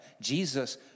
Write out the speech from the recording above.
Jesus